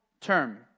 term